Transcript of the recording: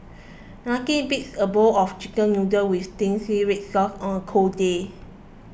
nothing beats a bowl of Chicken Noodles with Zingy Red Sauce on a cold day